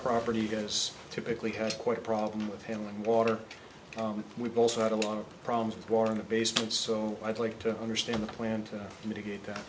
property goes typically has quite a problem with him and water we've also had a lot of problems with born in the basement so i'd like to understand the plan to mitigate th